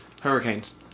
Hurricanes